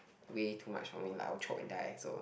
way too much for me like I will choke and die so